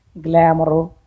Glamour